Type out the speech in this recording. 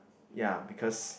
ya because